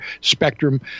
spectrum